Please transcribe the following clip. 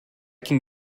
can